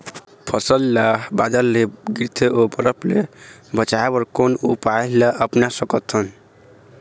फसल ला बादर ले गिरथे ओ बरफ ले बचाए बर कोन उपाय ला अपना सकथन?